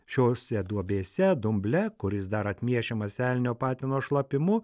šiose duobėse dumble kuris dar atmiešiamas elnio patino šlapimu